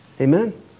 Amen